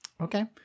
Okay